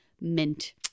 mint